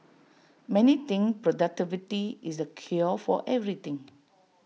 many think productivity is the cure for everything